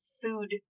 food